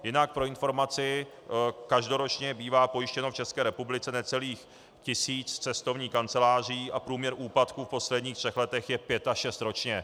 Jinak pro informaci, každoročně bývá pojištěno v České republice necelých tisíc cestovních kanceláří a průměr úpadku v posledních třech letech je pět šest ročně.